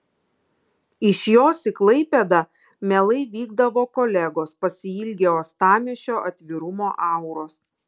iš jos į klaipėdą mielai vykdavo kolegos pasiilgę uostamiesčio atvirumo auros